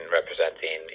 representing